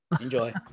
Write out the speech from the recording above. Enjoy